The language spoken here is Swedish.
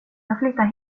flyttar